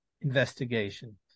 investigation